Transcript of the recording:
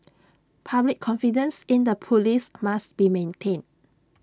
public confidence in the Police must be maintained